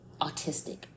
autistic